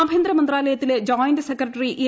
ആഭ്യന്ത്ര മന്ത്രാലയത്തിലെ joint secretary A